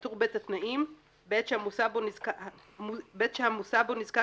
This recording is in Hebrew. בטור ב' התנאים: בעת שהמוסע בו נזקק